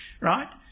right